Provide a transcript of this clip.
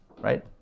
Right